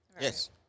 Yes